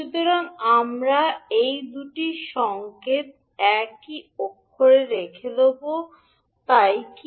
সুতরাং আমরা এই দুটি সংকেত একই অক্ষরে রেখে দেব তাই কি